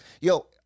Yo